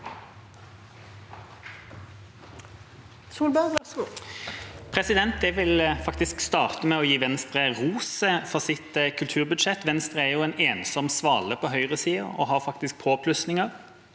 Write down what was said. Jeg vil fakt- isk starte med å gi Venstre ros for sitt kulturbudsjett. Venstre er jo en ensom svale på høyresiden og har påplussinger